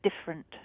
different